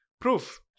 proof